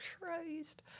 Christ